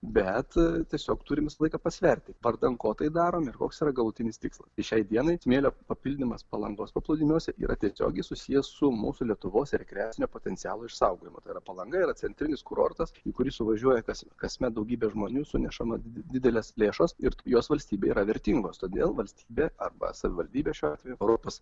bet tiesiog turim laiką pasverti vardan ko tai darom ir koks yra galutinis tikslas šiai dienai smėlio papildymas palangos paplūdimiuose yra tiesiogiai susijęs su mūsų lietuvos rekreacinio potencialo išsaugojimo tai yra palanga yra centrinis kurortas į kurį suvažiuoja kas kasmet daugybė žmonių sunešama didelės lėšos ir jos valstybei yra vertingos todėl valstybė arba savivaldybė šiuo atveju europos